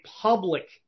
public